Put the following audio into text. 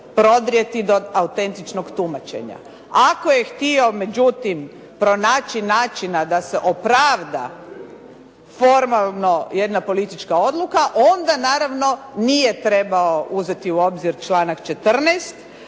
prodrijeti do autentičnog tumačenja. Ako je htio međutim pronaći načina da se opravda formalno jedna politička odluka, onda naravno nije trebao uzeti u obzir članak 14.,